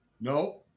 no